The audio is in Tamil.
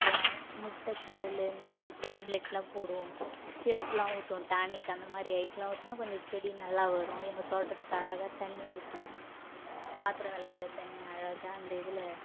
அப்புறம் முட்டை தோல் இந்த மாதிரி டேப்லெட்லாம் போடுவோம் சிரப்லாம் ஊற்றுவோம் டானிக் அந்தமாதிரி ஐட்டம்லாம் ஊற்றினா கொஞ்சம் செடி நல்லா வரும் எங்கள் தோட்டத்துக்கு அழகாக தண்ணி ஊற்றுவோம் பாத்திரம் விளக்குற தண்ணி அழகாக அந்த இதில்